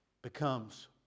becomes